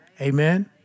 Amen